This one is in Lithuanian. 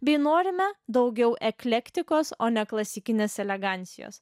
bei norime daugiau eklektikos o ne klasikinės elegancijos